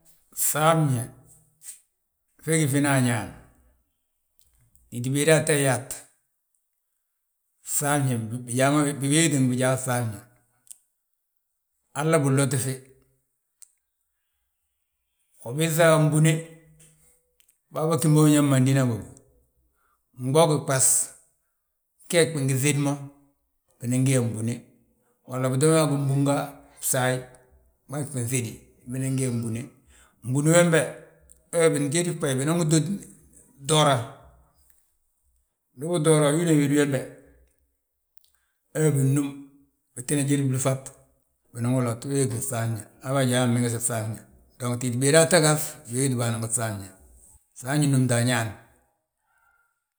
Fŧafñe fe gí fina añaan, titi béedaa tta yyaat, fŧafñe biwéeti bijaa ngi fŧafñe. Halla binloti fi? Ubiiŧa mbúne, bâa bog gibo biñaŋ mandina bógi. Gboogin ɓas, gee bingi ŧéd mo, unan gi yaa mbúne. Walla bito ga gingúnga bsaayi, gmaag binŧédi bnan wi yaa mbúne, mbúni wembe we tinjédi bbayi binan wi to toora. Ndi bitoora wina wédi wembe, wee binúm binan jédi blúfat, binan wi lot wee gí fŧ&fñe. Habe ajaa mmegesi fŧafñe, dong titi béedaa tta gaŧ biwéeti bâan ngi fŧafñe, fŧafñi númta añaan.